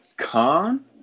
Khan